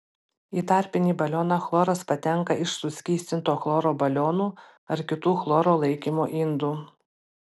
į tarpinį balioną chloras patenka iš suskystinto chloro balionų ar kitų chloro laikymo indų